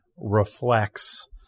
reflects